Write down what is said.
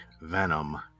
venom